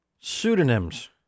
Pseudonyms